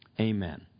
Amen